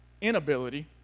inability